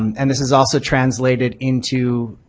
and this is also translated into,